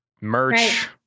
merch